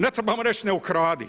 Ne trebamo reći ne ukradi.